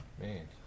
Man